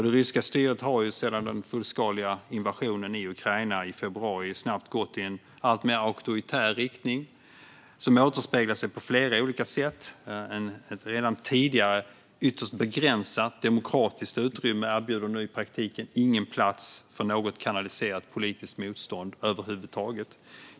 Det ryska styret har sedan den fullskaliga invasionen i Ukraina i februari snabbt gått i en alltmer auktoritär riktning som återspeglar sig på flera olika sätt. Med ett redan tidigare ytterst begränsat demokratiskt utrymme erbjuds nu i praktiken ingen plats för något kanaliserat politiskt motstånd över huvud taget.